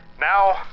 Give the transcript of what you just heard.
Now